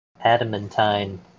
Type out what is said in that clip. adamantine